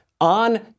on